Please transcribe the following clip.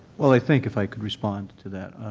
well, i think if i could respond to that.